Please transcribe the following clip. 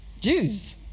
Jews